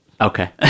okay